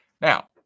Now